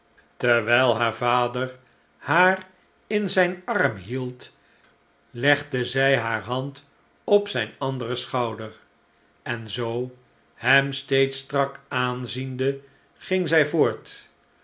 terwijl haar vader haar in zijn arm hield legde zij hare hand op zijn anderen schouder en zoo hem steeds strak aanziende ging zij voort